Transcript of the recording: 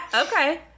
okay